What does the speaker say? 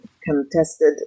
contested